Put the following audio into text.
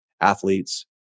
athletes